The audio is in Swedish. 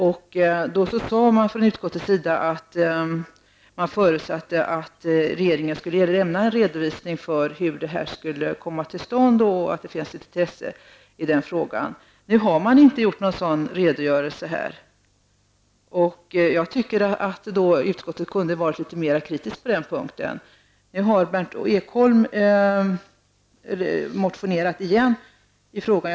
Då sade utskottets majoritet att man förutsatte att regeringen skulle lämna en redovisning för hur detta skulle komma till stånd, och att det finns ett intresse i den frågan. Nu har man inte lämnat någon sådan redogörelse här. Jag tycker att utskottet kunde ha varit litet mer kritiskt på den punkten. Nu har Berndt Ekholm motionerat igen i frågan.